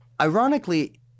ironically